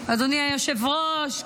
אדוני היושב-ראש,